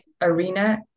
Arena